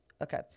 Okay